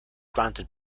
granted